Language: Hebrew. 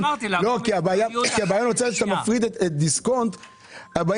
הבעיה נוצרת כשאתה מפריד את דיסקונט והבא